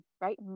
right